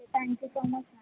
thank you so much ma'am